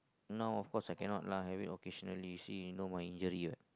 now of cause I can not lah having occasionally you see you know my injury what